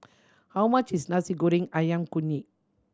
how much is Nasi Goreng Ayam Kunyit